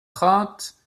trente